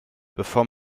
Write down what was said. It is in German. bevor